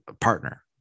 partner